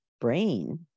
brain